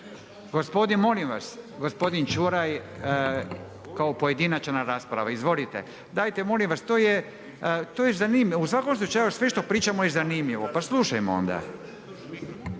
gospodin molim vas, gospodin Čuraj, kao pojedinačna rasprava. Izvolite. Dajte molim vas, to je, u svakom slučaju sve što pričamo je zanimljivo, pa slušajmo onda.